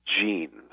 genes